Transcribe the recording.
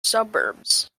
suburbs